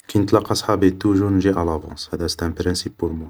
كي نتلاقا صحابي توتجور نجي ا لافونص, هادا سيتان برانسيب بور موا